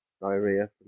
diarrhea